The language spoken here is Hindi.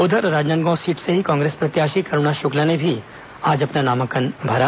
उधर राजनांदगांव सीट से ही कोंग्रेस प्रत्याशी करूणा शुक्ला ने भी अपना नामांकन भरा